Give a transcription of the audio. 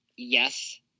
yes